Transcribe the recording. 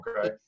Okay